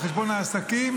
על חשבון העסקים,